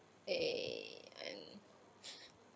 a and